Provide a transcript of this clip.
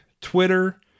Twitter